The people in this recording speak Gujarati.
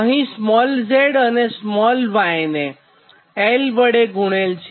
અહીં z અને y ને l વડે ગુણેલ છે